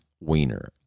Wiener